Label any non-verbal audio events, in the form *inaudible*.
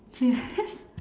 cheat *laughs*